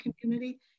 community